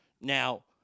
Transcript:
Now